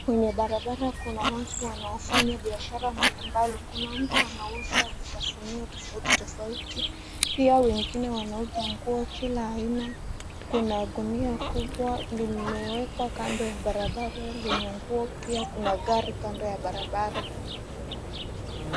Kwenye barabara kuna watu wanaofanya biashara mbalimbali. Kuna mtu anauza vipasimio tofauti tofauti pia wengine wanauza nguo kila aina. Kuna gunia kubwa limewekwa kando ya barabara lenye nguo. Pia kuna gari kando ya barabara.